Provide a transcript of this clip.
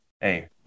hey